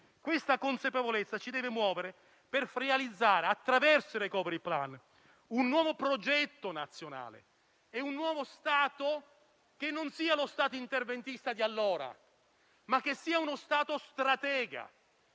Questa consapevolezza ci deve muovere per realizzare, attraverso il *recovery plan*, un nuovo progetto nazionale e un nuovo Stato, che non sia lo Stato interventista di allora, ma che sia uno Stato stratega,